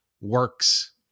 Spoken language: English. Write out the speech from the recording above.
works